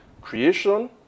Creation